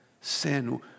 sin